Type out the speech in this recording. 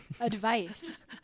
advice